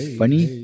funny